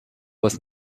was